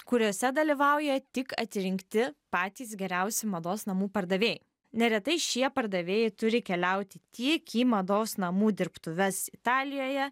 kuriose dalyvauja tik atsirinkti patys geriausi mados namų pardavėjai neretai šie pardavėjai turi keliauti tiek į mados namų dirbtuves italijoje